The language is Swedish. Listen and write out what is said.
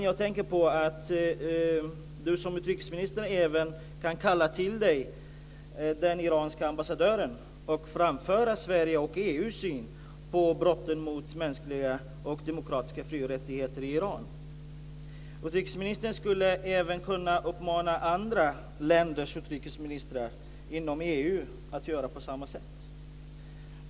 Jag tänker då på att utrikesministern även kan kalla till sig den iranske ambassadören och framföra Sveriges och EU:s syn på brotten mot mänskliga och demokratiska fri och rättigheter i Iran. Utrikesministern skulle även kunna uppmana andra länders utrikesministrar inom EU att göra på samma sätt.